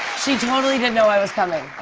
she totally didn't know i was coming.